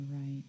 right